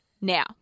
Now